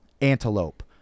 antelope